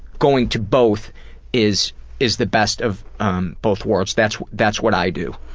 going to both is is the best of um both worlds, that's that's what i do.